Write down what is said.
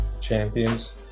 Champions